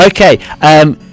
Okay